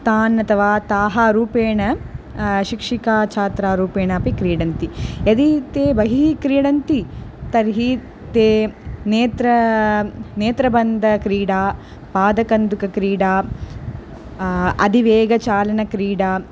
तान् अथवा ताः रूपेण शिक्षिका छात्रारूपेण अपि क्रीडन्ति यदि ते बहिः क्रीडन्ति तर्हि ते नेत्र नेत्रबन्धक्रीडा पादकन्दुकक्रीडा अतिवेगचालनक्रीडा